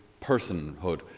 personhood